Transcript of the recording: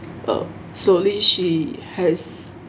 uh slowly she has